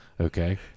okay